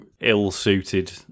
ill-suited